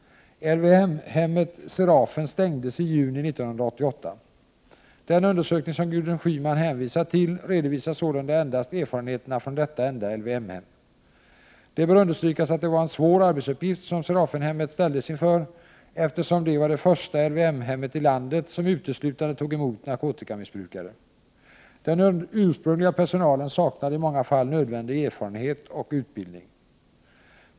LVM-hemmet Serafen stängdes i juni 1988. Den undersökning som Gudrun Schyman hänvisar till redovisar sålunda endast erfarenheterna från detta enda LVM-hem. Det bör understrykas att det var en svår arbetsuppgift som Serafenhemmet ställdes inför, eftersom det var det första LVYM-hemmet i landet som uteslutande tog emot narkotikamissbrukare. Den ursprungliga personalen saknade i många fall nödvändig erfarenhet och utbildning.